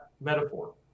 metaphor